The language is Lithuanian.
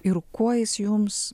ir kuo jis jums